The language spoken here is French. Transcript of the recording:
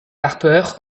harper